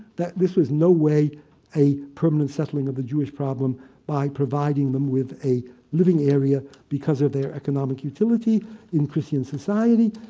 this was no way a permanent settling of the jewish problem by providing them with a living area because of their economic utility in christian society,